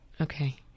Okay